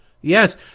Yes